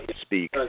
speak